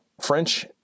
french